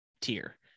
tier